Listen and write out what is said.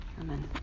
Amen